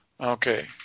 Okay